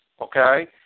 okay